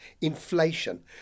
Inflation